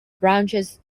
branches